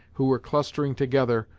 who were clustering together,